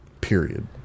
Period